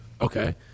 Okay